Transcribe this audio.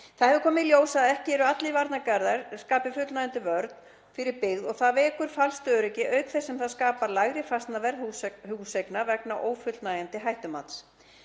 Það hefur komið í ljós að ekki skapa allir varnargarðar fullnægjandi vörn fyrir byggð og það vekur falskt öryggi auk þess sem það skapar lægra fasteignaverð húseigna vegna ófullnægjandi hættumats.